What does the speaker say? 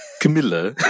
Camilla